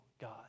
God